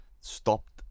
stopped